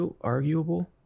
arguable